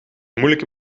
moeilijke